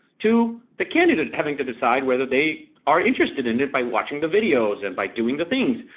to the candidate having to decide whether they are interested in it by watching the videos and by doing the things,